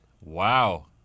Wow